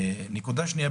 נקודה שנייה,